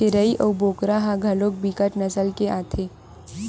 छेरीय अऊ बोकरा ह घलोक बिकट नसल के आथे